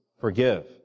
Forgive